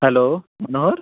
hello Manohar